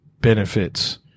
benefits